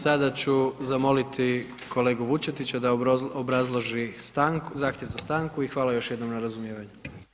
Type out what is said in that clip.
Sada ću zamoliti kolegu Vučetića da obrazloži stanku, zahtjev za stanku, i hvala još jednom na razumijevanju.